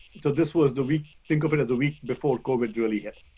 so this was the week, think of it as the week before covid really hit.